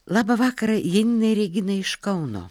labą vakarą janinai reginai iš kauno